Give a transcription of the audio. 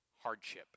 hardship